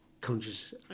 conscious